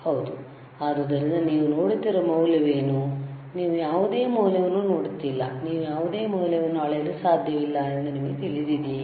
ಹೌದು ಆದ್ದರಿಂದ ನೀವು ನೋಡುತ್ತಿರುವ ಮೌಲ್ಯವೇನು ನೀವು ಯಾವುದೇ ಮೌಲ್ಯವನ್ನು ನೋಡುತ್ತಿಲ್ಲ ನೀವು ಯಾವುದೇ ಮೌಲ್ಯವನ್ನು ಅಳೆಯಲು ಸಾಧ್ಯವಿಲ್ಲ ಎಂದು ನಿಮಗೆ ತಿಳಿದಿದೆಯೇ